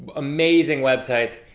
amazing website,